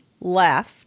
left